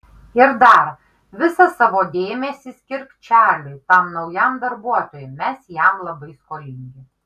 ir dar visą savo dėmesį skirk čarliui tam naujam darbuotojui mes jam labai skolingi